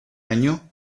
año